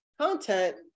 content